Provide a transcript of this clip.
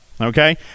okay